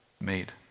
made